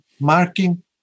marking